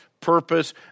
purpose